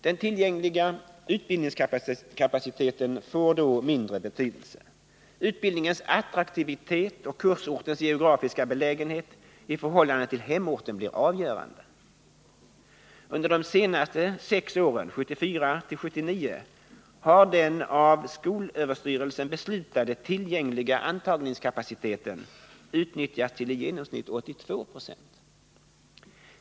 Den tillgängliga utbildningskapaciteten får då mindre betydelse. Utbildningens attraktivitet och kursortens geografiska belägenhet i förhållande till hemorten blir avgörande. Under de senaste sex åren, 1974-1979, har den av skolöverstyrelsen beslutade tillgängliga antagningskapaciteten utnyttjats till i genomsnitt 82 Ze.